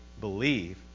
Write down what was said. believe